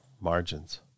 margins